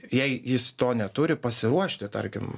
jei jis to neturi pasiruošti tarkim